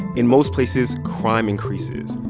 in most places, crime increases.